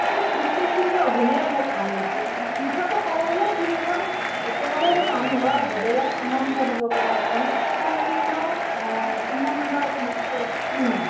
সেইখিনি গোটেইখিনি অভিনয়ে মোৰ ভাল লাগে মুঠতে ক'ব গ'লে ফিল্মখন একেবাৰে মানুহৰ হৃদয়ক আনন্দ দিব পৰা এখন সম্পূৰ্ণ আনন্দৰ ফিল্ম আৰু